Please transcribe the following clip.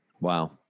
Wow